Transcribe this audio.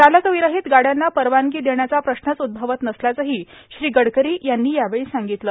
चालकविरहित गाड्यांना परवानगी देण्याचा प्रश्नच उद्भवत नसल्याचंही श्री गडकरी यांनी यावेळी सांगितलं